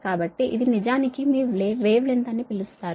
కాబట్టి ఇది నిజానికి మీ వేవ్ లెంగ్త్ అని పిలుస్తారు